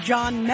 John